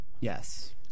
Yes